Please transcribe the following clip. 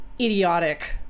idiotic